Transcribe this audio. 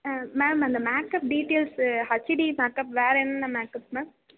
ma'am அந்த makeup details HD makeup வேறு என்னென்ன மேக்அப் மேம்